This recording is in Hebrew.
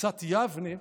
קבוצת יבנה,